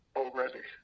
already